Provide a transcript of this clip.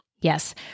Yes